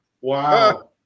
Wow